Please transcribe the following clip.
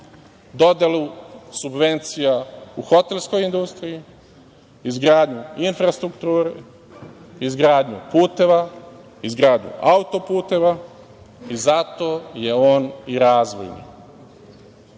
dodelu subvencija u hotelskoj industriji, izgradnju infrastrukture, izgradnju puteva, izgradnju auto-puteva i zato je on i razvojni. Smatram